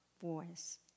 voice